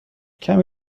کمی